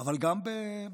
אבל גם בסוגיות